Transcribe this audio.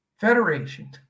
federation